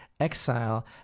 exile